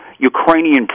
Ukrainian